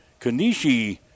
Kanishi